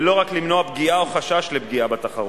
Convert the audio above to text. ולא רק למנוע פגיעה או חשש לפגיעה בתחרות.